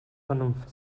vernunft